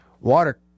water